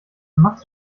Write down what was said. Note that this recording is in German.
machst